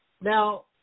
Now